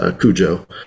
Cujo